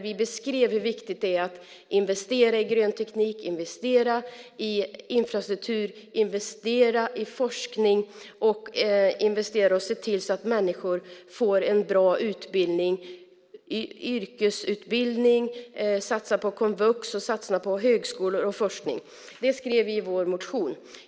Där beskrev vi hur viktigt det är att investera i grön teknik, infrastruktur och forskning och se till att människor får en bra utbildning, yrkesutbildning och att satsa på komvux, högskolor och forskning. Det skrev vi i vår motion.